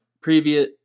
previous